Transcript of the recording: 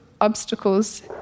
obstacles